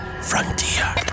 Frontier